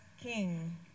king